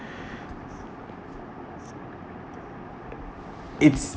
it's